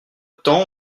temps